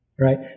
Right